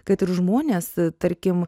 kad ir žmonės tarkim